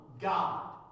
God